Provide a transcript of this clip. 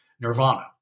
Nirvana